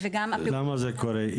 למה זה קורה?